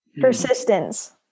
Persistence